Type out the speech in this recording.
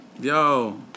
Yo